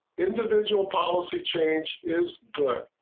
individual policy change is good.